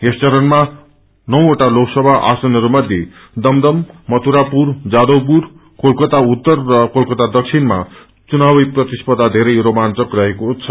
यस चरणमा नौवटा लोकसभा आसनहरूको दमदम मथुरापुर जादवपुर कोलकाता उत्तर र कोलकाता दक्षिणमा चुनावी प्रतिर्स्पधा धेरै रोमांचक रहेकोछ